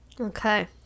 Okay